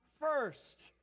first